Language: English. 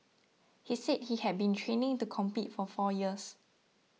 he said he had been training to compete for four years